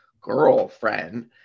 girlfriend